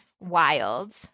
wild